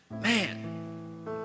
man